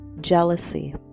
jealousy